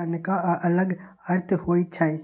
तनका अलग अर्थ होइ छइ